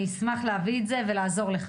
אני אשמח להביא את זה ולעזור לך.